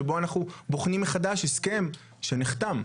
שבו אנחנו בוחנים מחדש הסכם שנחתם.